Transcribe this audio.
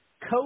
co